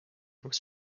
was